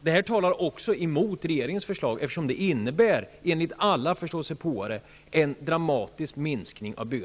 detta talar mot regeringens förslag, eftersom det, enligt alla förståsigpåare, innebär en dramatisk minskning av byggandet.